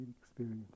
experience